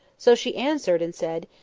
so she answered and said,